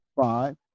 five